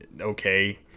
Okay